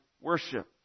worship